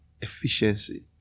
efficiency